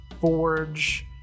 forge